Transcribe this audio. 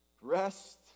Rest